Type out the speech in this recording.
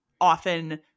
often